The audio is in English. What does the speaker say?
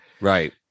right